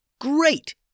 Great